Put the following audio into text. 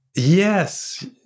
Yes